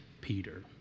Peter